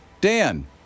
Dan